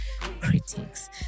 critics